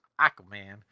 Aquaman